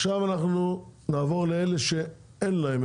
עכשיו אנחנו נעבור לאלה שאין להם,